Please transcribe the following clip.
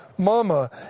mama